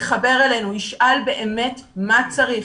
יתחבר אלינו, ישאל באמת מה צריך.